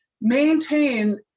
maintain